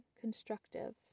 constructive